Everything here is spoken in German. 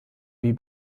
wie